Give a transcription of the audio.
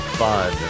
fun